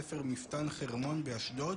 שפיניתם מסדר היום שלכם דיונים אחרים,